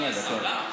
שנייה, דקה.